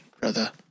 brother